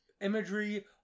imagery